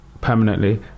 permanently